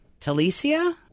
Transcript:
Talicia